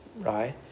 right